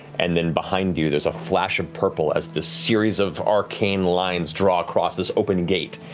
and then behind you, there's a flash of purple, as this series of arcane lines draw across this open gate.